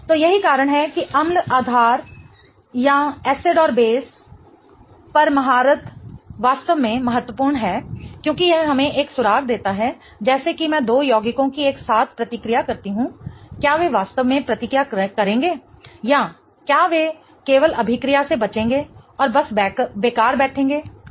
तो यही कारण है कि अम्ल आधार या एसिड और आधार पर महारत वास्तव में महत्वपूर्ण है क्योंकि यह हमें एक सुराग देता है जैसे कि मैं दो यौगिकों की एक साथ प्रतिक्रिया करती हूं क्या वे वास्तव में प्रतिक्रिया करेंगे या क्या वे केवल अभिक्रिया से बचेंगे और बस बेकार बैठेंगे सही